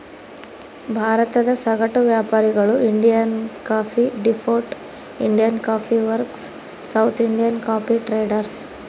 ಭಾರತದ ಸಗಟು ವ್ಯಾಪಾರಿಗಳು Indian coffee depot, Indian coffee works, South Indian coffee traders